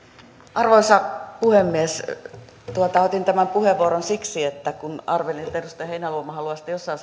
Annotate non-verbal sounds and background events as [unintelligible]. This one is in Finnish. arvoisa puhemies otin tämän puheenvuoron siksi kun arvelin että edustaja heinäluoma haluaa sitten jossain [unintelligible]